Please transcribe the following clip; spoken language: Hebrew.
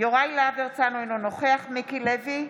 יוראי להב הרצנו, אינו נוכח מיקי לוי,